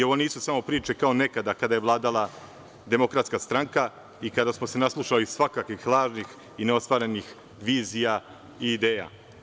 Ovo nisu samo priče kao nekada kada je vladala Demokratska stranka i kada smo se naslušali svakakvih lažnih i neostvarenih vizija i ideja.